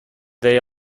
they